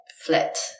flat